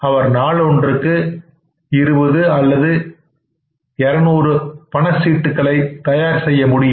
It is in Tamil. அவர் நாளொன்றுக்கு 20 அல்லது 200 பில்களை பண சீட்டுகளை தயார் செய்ய முடியும்